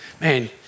man